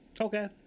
Okay